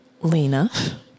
Lena